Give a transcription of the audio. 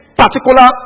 particular